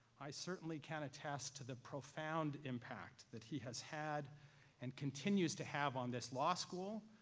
i certainly can attest to the profound impact that he has had and continues to have on this law school,